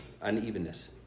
unevenness